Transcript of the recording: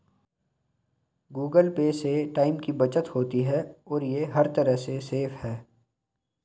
Google Pay से time की बचत होती है और ये हर तरह से सेफ है